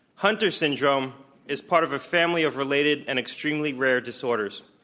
hunter's syndrome is part of a family of related and extremely rare disorders.